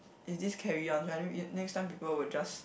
if this carry on right next time people will just